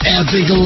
epic